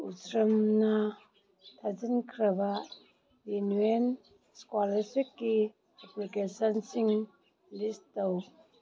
ꯊꯥꯖꯤꯟꯈ꯭ꯔꯕ ꯑꯦꯅꯨꯌꯦꯜ ꯏꯁꯀꯣꯂꯔꯁꯤꯞꯀꯤ ꯑꯦꯄ꯭ꯂꯤꯀꯦꯁꯟꯁꯤꯡ ꯂꯤꯁ ꯇꯧ